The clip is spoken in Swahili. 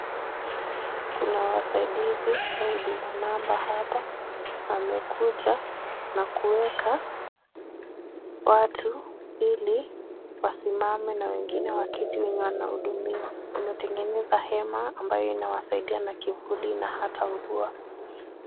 Kuna wasaidizi wa huduma namba hapa, wamekuja na kuweka watu ili wasimame na wengine waketi wenye wanahudumiwa. Wametengeneza hema ambayo inawasaidia na kivuli na hata mvua.